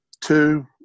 Two